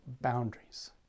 boundaries